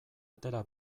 atera